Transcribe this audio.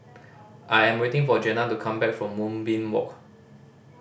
I am waiting for Jenna to come back from Moonbeam Walk